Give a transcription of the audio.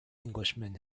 englishman